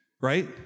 right